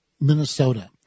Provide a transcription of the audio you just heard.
minnesota